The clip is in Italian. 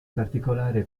particolare